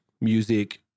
music